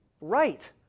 right